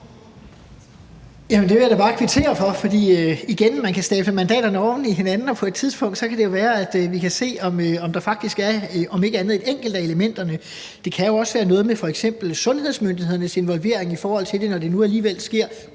Det vil jeg da bare kvittere for. For igen: Man kan stable mandaterne oven på hinanden, og på et tidspunkt kan det jo faktisk være, at der om ikke andet kunne være et enkelt af elementerne, vi kunne se på. Det kan jo også være noget med f.eks. sundhedsmyndighedernes involvering i forhold til det. Når det nu alligevel sker,